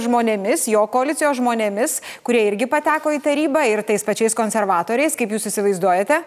žmonėmis jo koalicijos žmonėmis kurie irgi pateko į tarybą ir tais pačiais konservatoriais kaip jūs įsivaizduojate